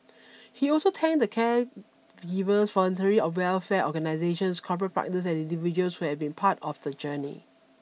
he also thanked the caregivers voluntary a welfare organizations corporate partners and individuals who have been part of the journey